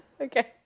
Okay